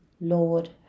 Lord